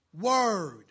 word